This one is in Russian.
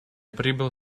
прибыл